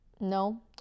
No